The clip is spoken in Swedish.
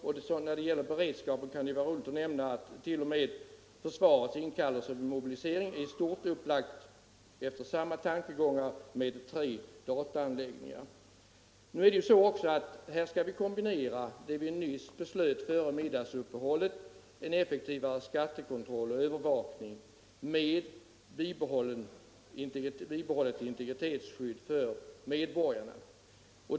Och när det gäller beredskapen kan det vara intressant att nämna att t.o.m. försvarets inkallelser till mobilisering i stort är upplagda enligt samma tankegångar med tre dataanläggningar. Nu är det så att vi skall kombinera ett bibehållet integritetsskydd för medborgarna med den effektivare skattekontroll och övervakning som vi fattade beslut om före middagsrasten.